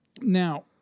now